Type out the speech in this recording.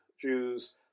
Jews